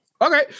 Okay